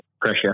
pressure